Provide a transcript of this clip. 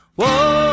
Whoa